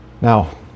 Now